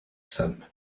son